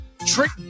trick